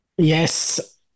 Yes